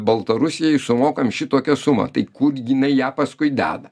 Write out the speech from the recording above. baltarusijai sumokam šitokią sumą tai kur jinai ją paskui deda